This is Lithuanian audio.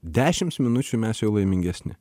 dešimts minučių mes jau laimingesni